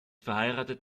verheiratet